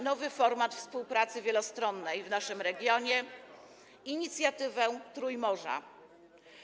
nowy format współpracy wielostronnej w naszym regionie, inicjatywę Trójmorza.